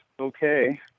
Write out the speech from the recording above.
okay